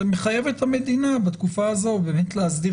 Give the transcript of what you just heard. זה מחייב את המדינה בתקופה הזו באמת להסדיר